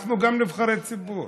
גם אנחנו נבחרי ציבור,